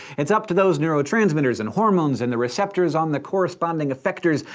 it's up to those neurotransmitters and hormones, and the receptors on the corresponding effectors,